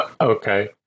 Okay